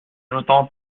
l’entends